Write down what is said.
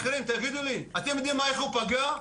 תגידו לי, אתם יודעים איך הוא פגע,